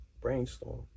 Brainstorm